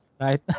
right